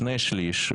שני שליש,